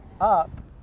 up